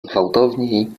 gwałtowniej